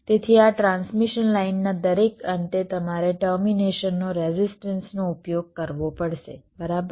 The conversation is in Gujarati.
તેથી આ ટ્રાન્સમિશન લાઇનના દરેક અંતે તમારે ટર્મિનેશનનો રેઝિઝ્ટન્સનો ઉપયોગ કરવો પડશે બરાબર